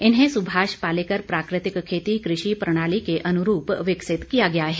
इन्हें सुभाष पालेकर प्राकृतिक खेती कृषि प्रणाली के अनुरूप विकसित किया गया है